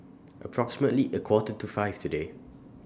approximately A Quarter to five today